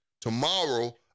Tomorrow